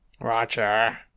Roger